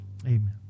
Amen